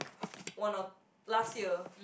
one or last year